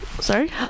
Sorry